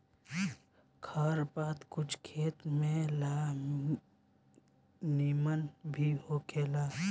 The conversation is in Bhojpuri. खर पात कुछ खेत में ला निमन भी होखेला